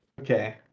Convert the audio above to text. Okay